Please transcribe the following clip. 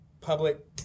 public